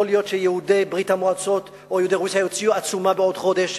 יכול להיות שיהודי ברית-המועצות או יהודי רוסיה יוציאו עצומה בעוד חודש,